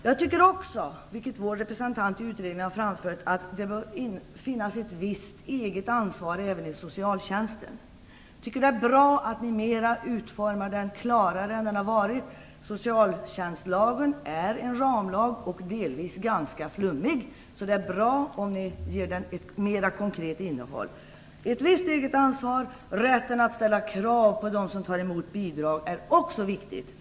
Jag tycker också - vilket vår representant i utredningen har framfört - att det bör finnas ett visst eget ansvar även i socialtjänsten. Jag tycker att det är bra att ni utformar det klarare än det har varit. Socialtjänstlagen är en ramlag, och den är delvis ganska flummig, så det är bra om ni ger den ett mer konkret innehåll. Ett visst eget ansvar, rätt att ställa krav på dem som tar emot bidrag, är också viktigt.